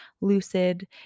lucid